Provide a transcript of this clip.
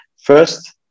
First